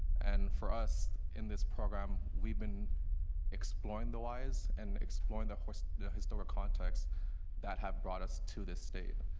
and for us in this program we've been exploring the whys and exploring the whys and historic context that have brought us to this state.